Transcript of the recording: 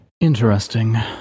Interesting